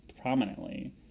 prominently